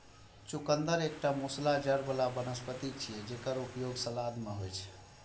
चुकंदर एकटा मूसला जड़ बला वनस्पति छियै, जेकर उपयोग सलाद मे होइ छै